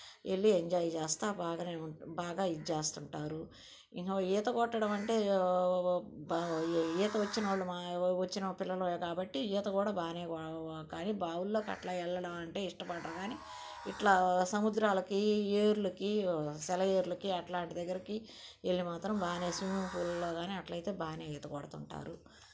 వెళ్ళి ఎంజాయ్ చేస్తూ బాగానే బాగా ఇది చేస్తుంటారు ఇంక ఈత కొట్టడం అంటే ఈత వచ్చిన ఈత వచ్చిన పిల్లలే కాబట్టి ఈత కూడా బాగానే కానీ బావుల్లో అట్లా వెళ్ళడం అంటే ఇష్టపడరు కానీ ఇట్లా సముద్రాలకి ఏర్లకి సెలయేర్లకి అట్లాంటి దగ్గరికి వెళ్ళి బాగానే స్విమ్మింగ్ పూల్లో కాని అట్లయితే బాగానే ఈత కొడుతుంటారు